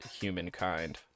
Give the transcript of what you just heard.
Humankind